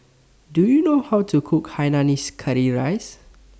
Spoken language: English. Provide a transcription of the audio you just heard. Do YOU know How to Cook Hainanese Curry Rice